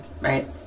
Right